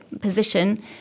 position